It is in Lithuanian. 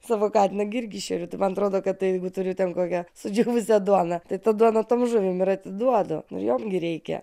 savo katiną gi irgi šeriu tai man atrodo kad jeigu turiu ten kokią sudžiūvusią duoną tai ta duona tom žuvim ir atiduodu ir jom gi reikia